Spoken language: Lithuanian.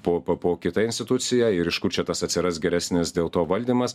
po po po kita institucija ir iš kur čia tas atsiras geresnis dėl to valdymas